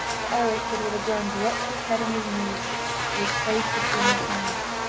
for eric had with a groan dropped his head on his knees, with his face between his hands.